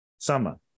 Summer